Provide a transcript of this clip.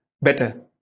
better